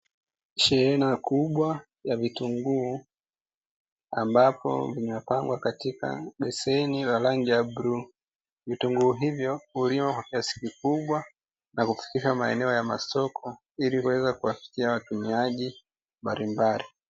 Shehena kubwa la vitunguu ambapo vimepangwa katika beseni la rangi ya bluu, vitunguu hivyo hutumiwa kwa kiasi kikubwa vinapofika maeneo ya masoko ili kuweza kuwafikia watumiaji mbalimbali.